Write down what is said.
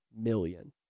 million